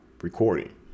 recording